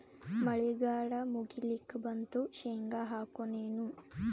ಮಳಿಗಾಲ ಮುಗಿಲಿಕ್ ಬಂತು, ಶೇಂಗಾ ಹಾಕೋಣ ಏನು?